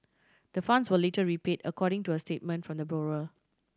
the funds were later repaid according to a statement from the borrower